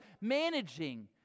managing